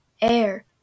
air